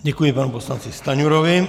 Děkuji panu poslanci Stanjurovi.